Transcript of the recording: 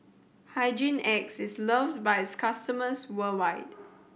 Hygin X is loved by its customers worldwide